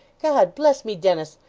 god bless me, dennis!